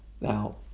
Now